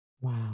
Wow